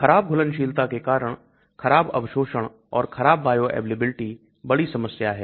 खराब घुलनशीलता के कारण खराब अवशोषण और खराब बायोअवेलेबिलिटी बड़ी समस्या है